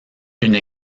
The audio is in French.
une